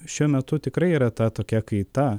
šiuo metu tikrai yra ta tokia kaita